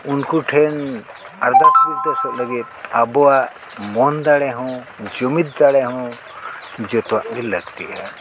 ᱩᱱᱠᱩ ᱴᱷᱮᱱ ᱟᱨᱫᱟᱥ ᱵᱤᱨᱫᱟᱹᱥᱚᱜ ᱞᱟᱹᱜᱤᱫ ᱟᱵᱚᱣᱟᱜ ᱢᱚᱱ ᱫᱟᱲᱮ ᱦᱚᱸ ᱡᱩᱢᱤᱫ ᱫᱟᱲᱮ ᱦᱚᱸ ᱡᱚᱛᱚᱣᱟᱜ ᱜᱮ ᱞᱟᱹᱠᱛᱤᱜᱼᱟ